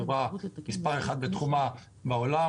חברה מספר אחת בתחום בעולם,